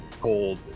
gold